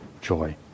joy